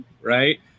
right